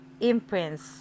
imprints